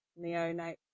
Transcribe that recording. neonate